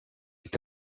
est